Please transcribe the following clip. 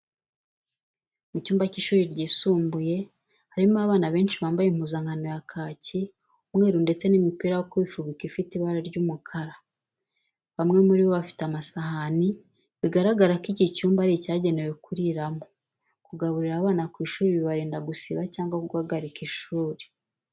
Mu cyumba cy'ishuri ryisumbuye harimo abana benshi bambaye impuzankano ya kaki, umweru ndetse n'imipira yo kwifubika ifite ibara ry'umukara. Bamwe muri bo bafite amasahani, bigaragaraza ko iki cyumba ari icyagenewe kuriramo. Kugaburira abana ku ishuri bibarinda gusiba cyangwa guhagarika ishuri.